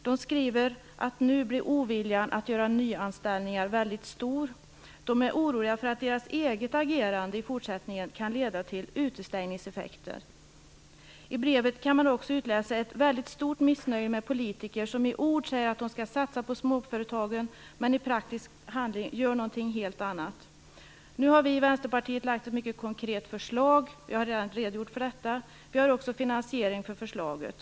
De skriver: Nu blir oviljan att göra nyanställningar väldigt stor. Företagarna är oroliga för att deras eget agerande i fortsättningen kan få utestängningseffekter. Av brevet kan också utläsas ett väldigt stort missnöje med politiker som i ord säger att de skall satsa på småföretagen, men som i praktiken gör något helt annat. Vi i Vänsterpartiet har lagt fram ett mycket konkret förslag. Jag har redan redogjort för detta. Vi har också en finansiering för förslaget.